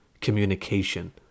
communication